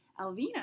Alvina